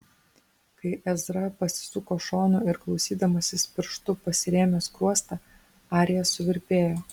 kai ezra pasisuko šonu ir klausydamasis pirštu pasirėmė skruostą arija suvirpėjo